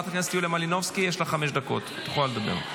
או שאתה מגיש הסתייגות או שאתה מגיש בקשה לרשות דיבור.